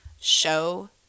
show